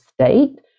state